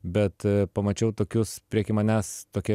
bet pamačiau tokius prieky manęs tokia